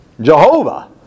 Jehovah